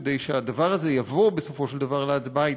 כדי שכשהדבר הזה יבוא בסופו של דבר להצבעה,